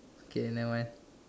okay never mind